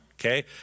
okay